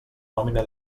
nòmina